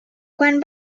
quan